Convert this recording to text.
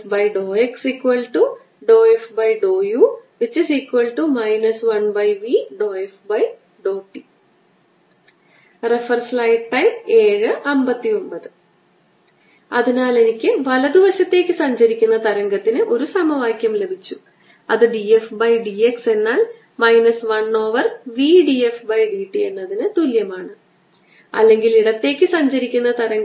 E2r220EE1E2ρr1r220a20 അടുത്തതായിപ്രശ്നം നമ്പർ 5 ഞാൻ പരിഹരിക്കുന്നു f ഫംഗ്ഷൻ വിവരിച്ച വെക്റ്റർ ഫീൽഡിന്റെ വ്യതിചലനം x y z എന്നിവയുടെ പ്രവർത്തനം x സ്ക്വാർ x യൂണിറ്റ് വെക്ടറിനും 6 xyzy യൂണിറ്റ് വെക്ടറിനും z സ്ക്വയർ xz യൂണിറ്റ് വെക്ടറിനും തുല്യമാണ് എന്താണ് വ്യതിചലനം